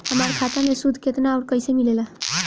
हमार खाता मे सूद केतना आउर कैसे मिलेला?